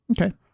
Okay